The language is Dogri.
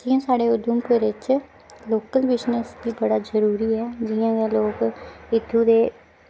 जियां साढ़े उधमपुर बिच्च लोकल बिज़नेस बी बड़ा जरूरी ऐ जियां के लोक इत्थुं दे